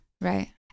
right